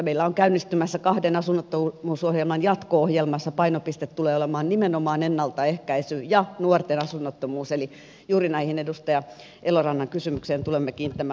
meillä on käynnistymässä kahden asunnottomuusohjelman jatko ohjelma jossa painopiste tulee olemaan nimenomaan ennaltaehkäisy ja nuorten asunnottomuus eli juuri näihin edustaja elorannan kysymyksiin tulemme kiinnittämään huomiota